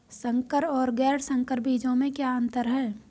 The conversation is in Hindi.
संकर और गैर संकर बीजों में क्या अंतर है?